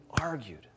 argued